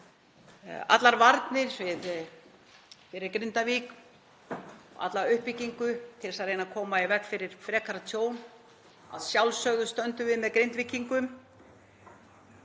allar varnir fyrir Grindavík og alla uppbyggingu til að reyna að koma í veg fyrir frekara tjón. Að sjálfsögðu stöndum við með Grindvíkingum.